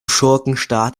schurkenstaat